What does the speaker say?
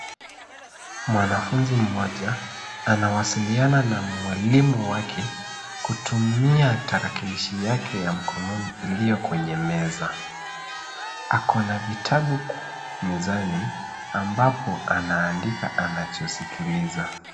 Mwanafunzi mmoja anawasiliana na mwalimu wake kutumia tarakilishi yake ya mkononi iliyo kwenye meza. Ako na vitabu mezani, ambapo anaandika anachosikiliza.